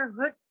hood